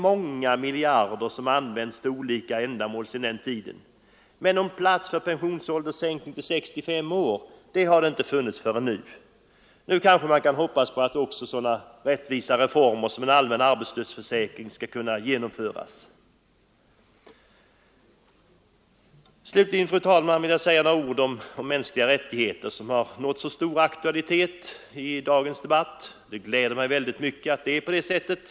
Många miljarder har använts till olika ändamål under tiden, men någon plats för pensionsålderssänkning till 65 år har det inte funnits förrän nu. Nu kanske man kan hoppas på att också en sådan rättvisereform som en allmän arbetslöshetsförsäkring skall kunna genomföras. Slutligen, fru talman, vill jag säga några ord om de mänskliga rättigheterna som har fått så stor aktualitet. Det gläder mig mycket att det är på det sättet.